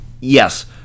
Yes